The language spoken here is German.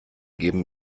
geben